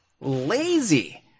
lazy